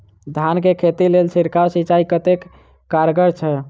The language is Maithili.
धान कऽ खेती लेल छिड़काव सिंचाई कतेक कारगर छै?